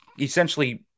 essentially